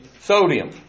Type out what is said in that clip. sodium